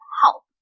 help